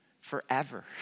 forever